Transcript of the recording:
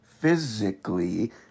physically